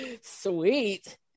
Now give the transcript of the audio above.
sweet